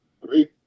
Three